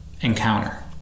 encounter